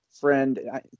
friend